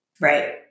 Right